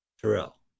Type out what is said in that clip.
Terrell